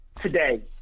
today